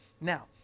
Now